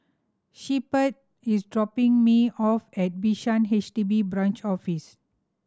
Shepherd is dropping me off at Bishan H D B Branch Office